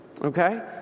okay